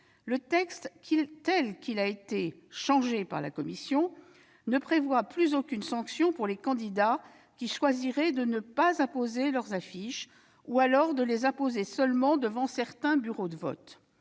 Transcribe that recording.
de loi, telle qu'elle a été modifiée par la commission, ne prévoit plus aucune sanction pour les candidats qui choisiraient de ne pas apposer leurs affiches, ou alors de les apposer seulement devant certains bureaux de vote.